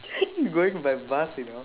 we going by bus you know